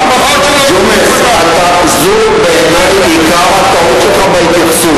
ג'ומס, זו בעיני עיקר הטעות שלך בהתייחסות.